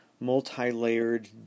multi-layered